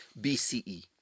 BCE